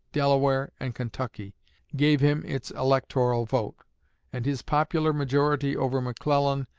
delaware, and kentucky gave him its electoral vote and his popular majority over mcclellan,